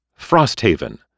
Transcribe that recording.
Frosthaven